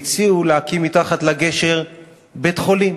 והציעו להקים מתחת לגשר בית-חולים.